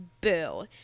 Boo